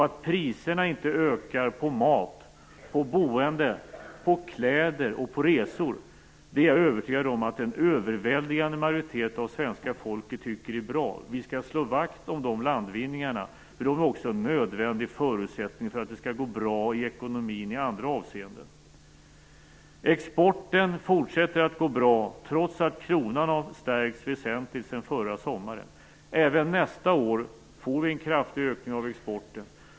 Att priserna inte ökar på mat, boende, kläder och resor är jag övertygad om att en överväldigande majoritet av svenska folket tycker är bra. Vi skall slå vakt om dessa landvinningar. De är också en nödvändig förutsättning för att det skall gå bra i ekonomin i andra avseenden. Exporten fortsätter att gå bra, trots att kronan har stärkts väsentligt sedan förra sommaren. Även nästa år får vi en kraftig ökning av exporten.